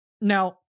Now